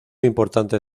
importante